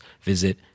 visit